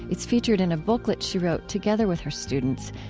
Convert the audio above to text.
it's featured in a booklet she wrote together with her students,